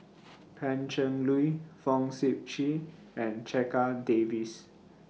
Pan Cheng Lui Fong Sip Chee and Checha Davies